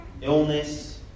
Illness